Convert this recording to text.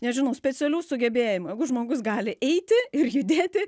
nežinau specialių sugebėjimų jeigu žmogus gali eiti ir judėti